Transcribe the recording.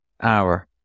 hour